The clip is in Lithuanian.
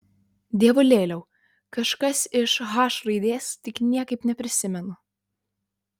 dievulėliau kažkas iš h raidės tik niekaip neprisimenu